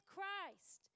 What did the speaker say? Christ